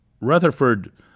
Rutherford